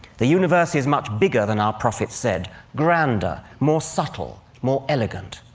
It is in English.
the universe is much bigger than our prophet said, grander, more subtle, more elegant'?